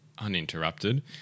uninterrupted